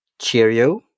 cheerio